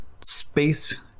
Space